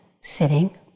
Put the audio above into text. sitting